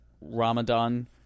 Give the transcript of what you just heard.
Ramadan